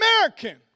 American